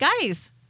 Guys